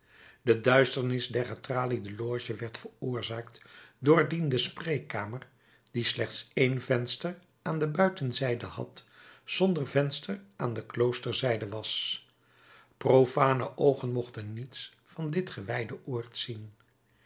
de duisternis der getraliede loge werd veroorzaakt doordien de spreekkamer die slechts één venster aan de buitenzijde had zonder venster aan de kloosterzijde was profane oogen mochten niets van dit gewijde oord zien